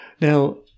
Now